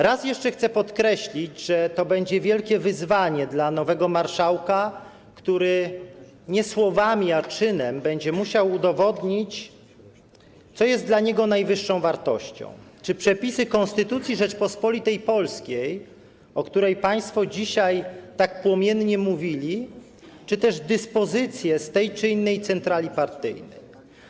Raz jeszcze chcę podkreślić, że to będzie wielkie wyzwanie dla nowego marszałka, który nie słowami, a czynem będzie musiał udowodnić, co jest dla niego najwyższą wartością: przepisy Konstytucji Rzeczypospolitej Polskiej, o której państwo dzisiaj tak płomiennie mówili, czy też dyspozycje z tej czy innej centrali partyjnej.